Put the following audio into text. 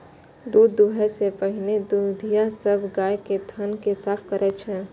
दूध दुहै सं पहिने दुधिया सब गाय के थन कें साफ करै छै